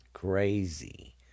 crazy